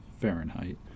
Fahrenheit